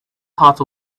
hearts